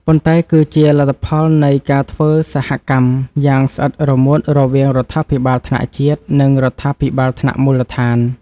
ប៉ុន្តែគឺជាលទ្ធផលនៃការធ្វើសហកម្មយ៉ាងស្អិតរមួតរវាងរដ្ឋាភិបាលថ្នាក់ជាតិ និងរដ្ឋាភិបាលថ្នាក់មូលដ្ឋាន។